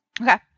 Okay